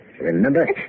Remember